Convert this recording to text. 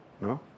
No